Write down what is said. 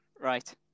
Right